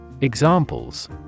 Examples